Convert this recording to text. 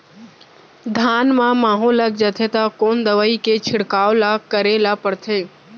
धान म माहो लग जाथे त कोन दवई के छिड़काव ल करे ल पड़थे?